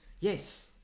Yes